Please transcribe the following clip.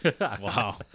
Wow